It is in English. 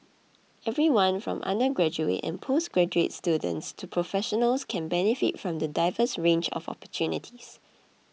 everyone from undergraduate and postgraduate students to professionals can benefit from the diverse range of opportunities